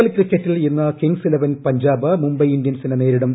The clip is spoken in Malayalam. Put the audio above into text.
എൽ ക്രിക്കറ്റിൽ ഇന്ന് കിംഗ്സ് ഇലവൻ പഞ്ചാബ് മുംബൈ ഇന്ത്യൻസിനെ നേരിടും